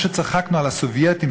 מה שצחקנו על הסובייטים,